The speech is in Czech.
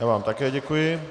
Já vám také děkuji.